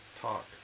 talk